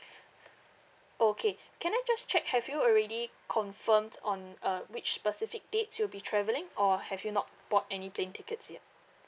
okay can I just check have you already confirmed on uh which specific dates you'll be travelling or have you not bought any plane tickets yet